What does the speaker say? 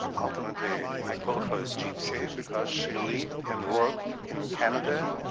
ultimately, i call her gypsy, and because she lived and worked in canada,